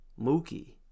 Mookie